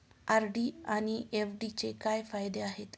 RD आणि एफ.डीचे काय फायदे आहेत?